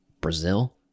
Brazil